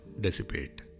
dissipate